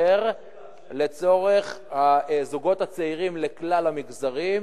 לצורך הזוגות הצעירים בכלל המגזרים,